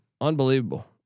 Unbelievable